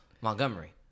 Montgomery